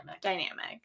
Dynamic